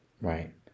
Right